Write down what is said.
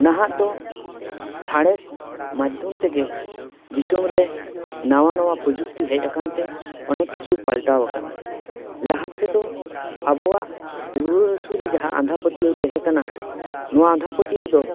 ᱱᱟᱦᱟᱜ ᱫᱚ ᱥᱟᱬᱮᱥ ᱢᱟᱫᱷᱚᱢ ᱛᱮᱜᱮ ᱫᱤᱥᱚᱢ ᱨᱮ ᱱᱟᱣᱟ ᱱᱟᱣᱟ ᱯᱨᱚᱡᱩᱠᱛᱤ ᱦᱮᱡ ᱟᱠᱟᱱ ᱛᱮ ᱚᱱᱮᱠ ᱠᱤᱪᱷᱩ ᱯᱟᱞᱴᱟᱣ ᱟᱠᱟᱱᱟ ᱞᱟᱦᱟ ᱛᱮᱫᱚ ᱟᱵᱣᱟᱜ ᱨᱩᱭᱟᱹ ᱦᱟᱹᱥᱩ ᱨᱮ ᱡᱟᱦᱟᱸ ᱟᱸᱫᱷᱟ ᱯᱟᱹᱛᱭᱟᱣ ᱴᱟᱦᱮᱸ ᱠᱟᱱᱟ ᱱᱚᱣᱟ ᱟᱸᱫᱷᱟ ᱯᱟᱹᱛᱭᱟᱣ ᱫᱚ